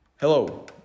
Hello